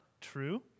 true